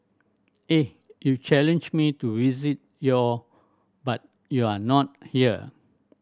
eh you challenged me to visit your but you are not here